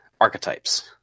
archetypes